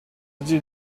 this